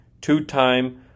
two-time